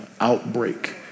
outbreak